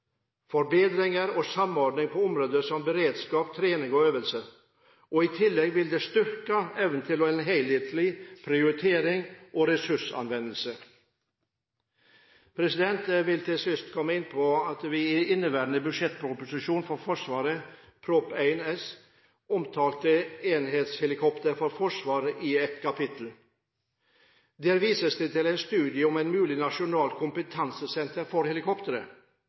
forbedringer og samordning på områder som beredskap, trening og øvelser. I tillegg vil det styrke evnen til en helhetlig prioritering og ressursanvendelse. Jeg vil til slutt komme inn på at vi i inneværende budsjettproposisjon for Forsvaret, Prop. 1 S for 2012–2013, omtalte enhetshelikopter for Forsvaret i et kapittel. Der vises det til en studie om et mulig nasjonalt kompetansesenter for